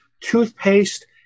toothpaste